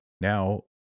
now